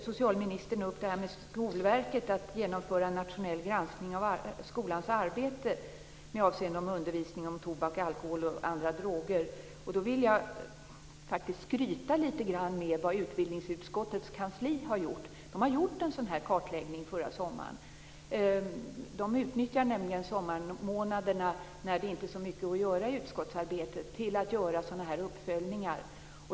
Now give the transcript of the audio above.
Socialministern tog upp att Skolverket skall genomföra en nationell granskning av skolans arbete med avseende på undervisning om tobak, alkohol och andra droger. Då vill jag faktiskt skryta lite grann med vad utbildningsutskottets kansli har gjort. Förra sommaren gjorde man en sådan här kartläggning. Man utnyttjar nämligen sommarmånaderna, när det inte är så mycket att göra i utskottsarbetet, till att göra sådana här uppföljningar.